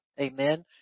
Amen